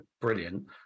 brilliant